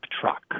truck